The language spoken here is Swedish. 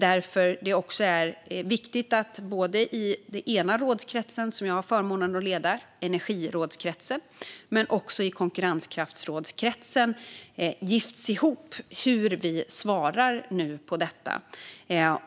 Därför är det också viktigt att energirådskretsen, som jag har förmånen att leda, och konkurrenskraftsrådskretsen gifts ihop när vi svarar på detta.